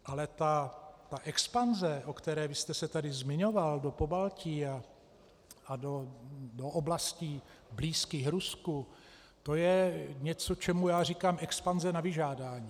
Ale ta expanze, o které vy jste se tady zmiňoval, do Pobaltí a do oblastí blízkých Rusku, to je něco, čemu já říkám expanze na vyžádání.